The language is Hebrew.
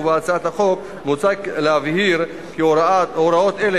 ובהצעת החוק מוצע להבהיר כי הוראות אלה